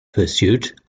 pursuit